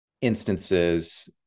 instances